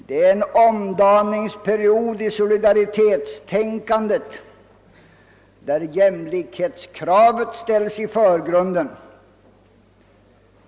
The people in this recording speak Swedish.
Det är en omdaningsperiod i solidaritetstänkandet där jämlikhetskravet ställs i förgrunden.